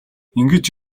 ингэж